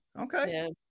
Okay